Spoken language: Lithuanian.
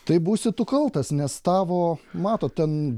tai būsi tu kaltas nes tavo matot ten